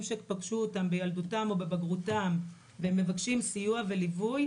שפגשו אותם בילדותם או בבגרותם והם מבקשים סיוע וליווי,